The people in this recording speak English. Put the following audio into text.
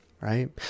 right